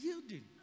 yielding